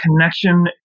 connection